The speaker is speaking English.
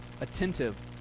attentive